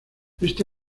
este